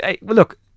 look